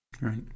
Right